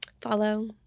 Follow